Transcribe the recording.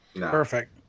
Perfect